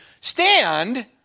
stand